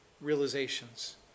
realizations